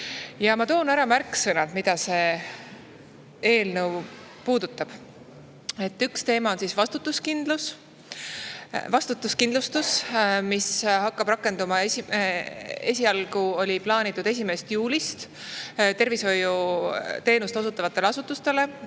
Ma toon ära märksõnad, mida see eelnõu puudutab. Üks teema on vastutuskindlustus, mis hakkab rakenduma – esialgu oli plaanitud 1. juulist tervishoiuteenust osutavatele asutustele,